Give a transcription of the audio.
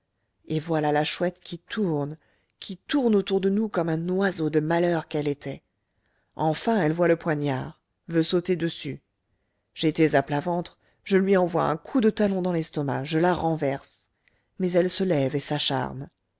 et voilà la chouette qui tourne qui tourne autour de nous comme un oiseau de malheur qu'elle était enfin elle voit le poignard veut sauter dessus j'étais à plat ventre je lui envoie un coup de talon dans l'estomac je la renverse mais elle se lève et s'acharne